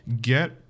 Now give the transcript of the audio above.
Get